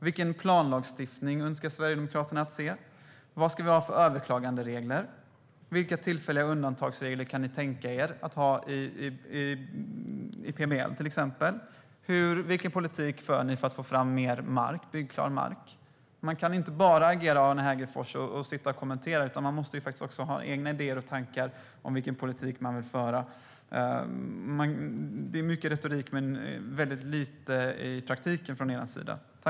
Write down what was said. Vilken planlagstiftning önskar ni se? Vilka överklaganderegler ska vi ha? Vilka tillfälliga undantagsregler kan ni tänka er att ha i till exempel PBL? Vilken politik för ni för att få fram mer byggklar mark? Man kan inte bara agera Arne Hegerfors och sitta och kommentera, utan man måste faktiskt också ha egna idéer och tankar om vilken politik man vill föra. Det är mycket retorik men lite i praktiken från er sida.